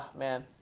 man,